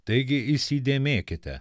taigi įsidėmėkite